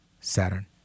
Saturn